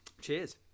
Cheers